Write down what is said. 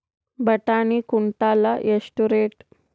ಬಟಾಣಿ ಕುಂಟಲ ಎಷ್ಟು ರೇಟ್?